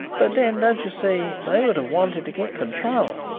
but then, don't you see, they would have wanted to get control.